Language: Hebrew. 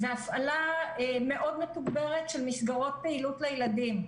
והפעלה מאוד מתוגברת של מסגרות פעילות לילדים.